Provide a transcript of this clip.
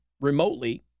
remotely